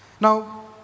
Now